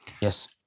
Yes